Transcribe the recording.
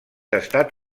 estat